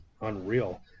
unreal